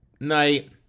night